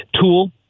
tool